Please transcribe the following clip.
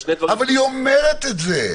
זה שני דברים --- אבל היא אומרת את זה.